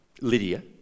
Lydia